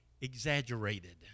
exaggerated